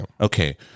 Okay